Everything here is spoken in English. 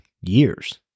years